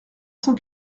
cent